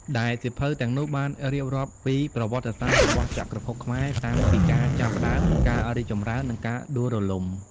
ដែលសៀវភៅទាំងនោះបានរៀបរាប់ពីប្រវត្តិសាស្ត្ររបស់ចក្រភពខ្មែរតាំងពីការចាប់ផ្ដើម ការរីកចម្រើន និងការដួលរលំ។